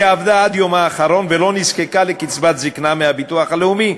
עבדה עד יומה האחרון ולא נזקקה לקצבת זיקנה מהביטוח הלאומי,